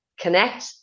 connect